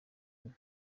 ane